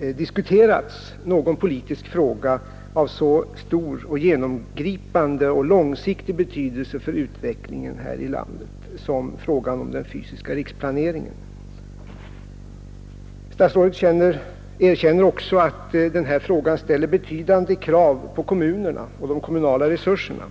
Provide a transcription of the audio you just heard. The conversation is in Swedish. diskuterats någon politisk fråga av så stor, genomgripande och långsiktig betydelse för utvecklingen i vårt land som den fysiska riksplaneringen. Statsrådet erkänner också att denna fråga ställer betydande krav på kommunerna och de kommunala resurserna.